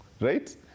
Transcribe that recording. Right